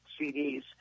CDs